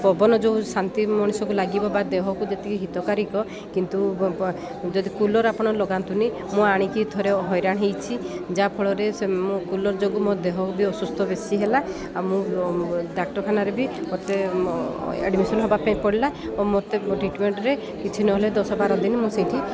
ପବନ ଯେଉଁ ଶାନ୍ତି ମଣିଷକୁ ଲାଗିବ ବା ଦେହକୁ ଯେତିକି ହିତକାରିକ କିନ୍ତୁ ଯଦି କୁଲର ଆପଣ ଲଗାନ୍ତୁନି ମୁଁ ଆଣିକି ଥରେ ହଇରାଣ ହେଇଛି ଯାହାଫଳରେ ସେ ମୋ କୁଲର ଯୋଗୁଁ ମୋ ଦେହ ବି ଅସୁସ୍ଥ ବେଶୀ ହେଲା ଆଉ ମୁଁ ଡାକ୍ତରଖାନାରେ ବି ମୋତେ ଆଡ଼ମିସନ ହବା ପାଇଁ ପଡ଼ିଲା ଓ ମୋତେ ଟ୍ରିଟମେଣ୍ଟରେ କିଛି ନହେଲେ ଦଶ ବାର ଦିନ ମୁଁ ସେଇଠି